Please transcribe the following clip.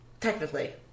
technically